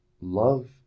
Love